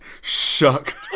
shuck